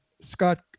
Scott